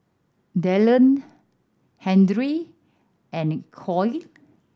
Delaney and Khloe